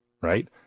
right